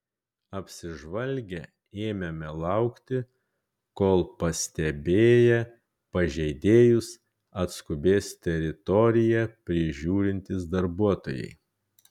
apsižvalgę ėmėme laukti kol pastebėję pažeidėjus atskubės teritoriją prižiūrintys darbuotojai